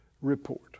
report